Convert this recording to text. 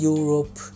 Europe